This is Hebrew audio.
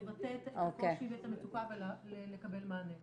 לבטא את הקושי ואת המצוקה ולקבל מענה.